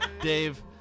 Dave